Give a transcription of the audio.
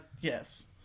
yes